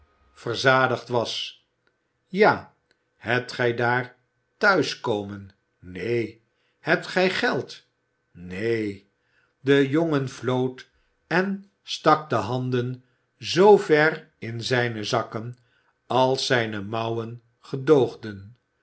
verzadigd was ja hebt gij daar thuiskomen neen hebt gij geld neen de jongen floot en stak de handen zoo ver in zijne zakken als zijne mouwen gedoogden